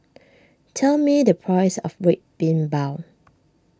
tell me the price of Red Bean Bao